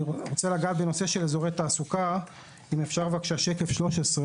אני רוצה לגעת בנושא של אזורי תעסוקה שכפי שמופיע בשקף